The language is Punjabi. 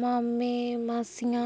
ਮਾਮੇ ਮਾਸੀਆਂ